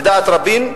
לדעת רבים,